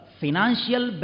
financial